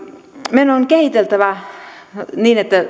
meidän on kehiteltävä niin että